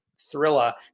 thriller